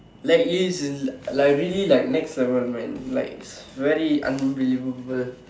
that is the like like really like next level man like really unbelievable